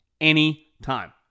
anytime